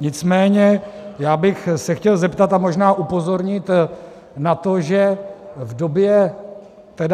Nicméně já bych se chtěl zeptat a možná upozornit na to, že v době,